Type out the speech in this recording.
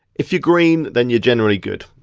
if you're green, then you're generally good.